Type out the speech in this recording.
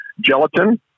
gelatin